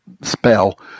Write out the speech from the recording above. spell